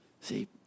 See